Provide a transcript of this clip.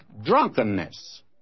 drunkenness